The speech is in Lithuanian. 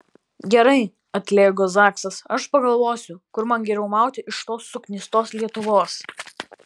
gerai atlėgo zaksas aš pagalvosiu kur man geriau mauti iš tos suknistos lietuvos